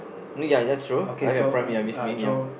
mm ya that's true I mean yeah miss me ya